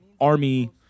army